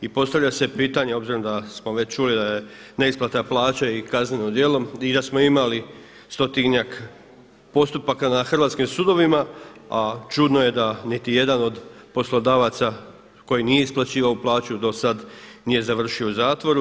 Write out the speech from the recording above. I postavlja se pitanje obzirom da smo već čuli da je neisplata plaća i kazneno djelo i da smo imali stotinjak postupaka na hrvatskim sudovima, a čudno je da niti jedan od poslodavaca koji nije isplaćivao plaću do sad nije završio u zatvoru.